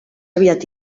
aviat